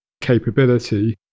capability